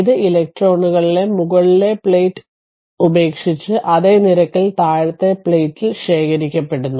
ഇത് ഇലക്ട്രോണുകളെ മുകളിലെ പ്ലേറ്റ് ഉപേക്ഷിച്ച് അതേ നിരക്കിൽ താഴത്തെ പ്ലേറ്റിൽ ശേഖരിക്കപ്പെടുന്നു